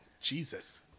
Jesus